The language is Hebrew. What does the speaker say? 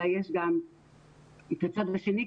אלא יש גם את הצד השני,